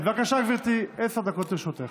בבקשה גברתי, עשר דקות לרשותך.